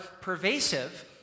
pervasive